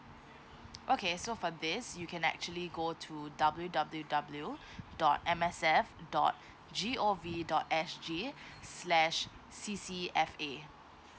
okay so for this you can actually go to W W W dot M S F dot G O V dot S G slash C C F A